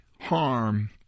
harm